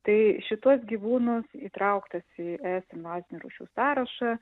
tai šituos gyvūnus įtrauktus į es invazinių rūšių sąrašą